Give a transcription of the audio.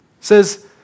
says